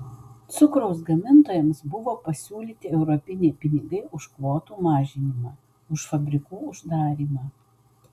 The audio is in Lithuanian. cukraus gamintojams buvo pasiūlyti europiniai pinigai už kvotų mažinimą už fabrikų uždarymą